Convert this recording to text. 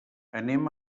anem